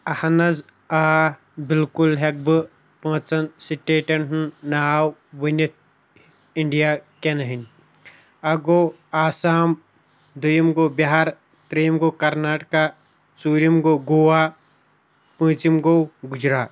اَہن حظ آ بلکل ہٮ۪کہٕ بہٕ پانٛژن سٹیٹَن ہُنٛد ناو ؤنِتھ اِنڈیاکٮ۪ن ہٕںٛدۍ اَکھ گوٚو آسام دۄیُم گوٚو بِہار ترٛیِم گوٚو کَرناٹکا ژوٗرِم گوٚو گووا پوٗنٛژِم گوٚو گُجرات